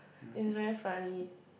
it's very funny